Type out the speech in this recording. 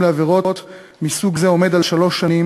על עבירות מסוג זה עומד על מאסר לשלוש שנים,